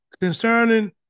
concerning